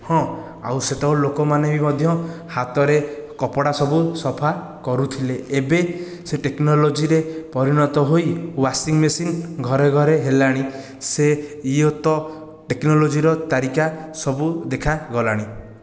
ହଁ ଆଉ ସେତେବେଳେ ଲୋକମାନେ ବି ମଧ୍ୟ ହାତରେ କପଡ଼ା ସବୁ ସଫା କରୁଥିଲେ ଏବେ ସେ ଟେକ୍ନୋଲୋଜିରେ ପରିଣତ ହୋଇ ୱାସିଂ ମେସିନ ଘରେ ଘରେ ହେଲାଣି ସେ ୟେତ ଟେକ୍ନୋଲୋଜିର ତାରିକା ସବୁ ଦେଖା ଗଲାଣି